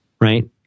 right